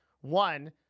One